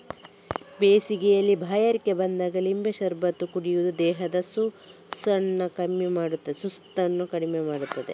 ಬೇಸಿಗೆಯಲ್ಲಿ ಬಾಯಾರಿಕೆ ಬಂದಾಗ ಲಿಂಬೆ ಶರಬತ್ತು ಕುಡಿಯುದು ದೇಹದ ಸುಸ್ತನ್ನ ಕಮ್ಮಿ ಮಾಡ್ತದೆ